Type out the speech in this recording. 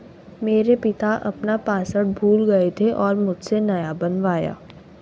मेरे पिता अपना पासवर्ड भूल गए थे और मुझसे नया बनवाया